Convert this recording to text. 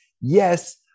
yes